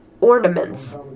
Ornaments